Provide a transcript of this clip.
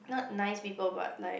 not nice people but like